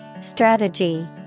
Strategy